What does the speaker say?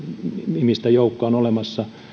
nimistä joukkoa on olemassa